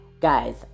guys